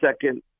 second